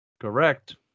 Correct